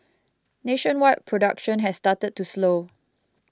nationwide production has started to slow